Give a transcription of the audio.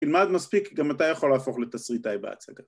ת‫למד מספיק, גם אתה יכול ‫להפוך לתסריטאי בהצגה.